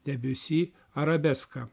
debiusi arabeska